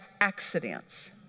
accidents